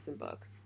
book